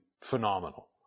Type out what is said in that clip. phenomenal